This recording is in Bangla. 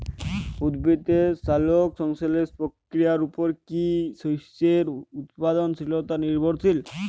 উদ্ভিদের সালোক সংশ্লেষ প্রক্রিয়ার উপর কী শস্যের উৎপাদনশীলতা নির্ভরশীল?